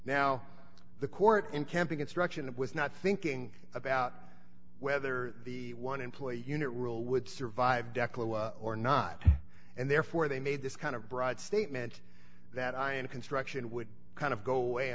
now the court in camping instruction it was not thinking about whether the one employee unit rule would survive dekel or not and therefore they made this kind of broad statement that i and construction would kind of go away